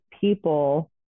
people